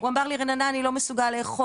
הוא אמר לי רננה, אני לא מסוגל לאכול.